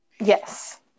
Yes